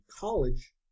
college